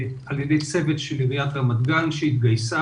הייתה התקינה